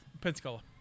Pensacola